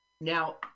Now